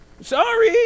Sorry